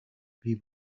бий